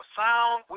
sound